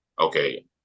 okay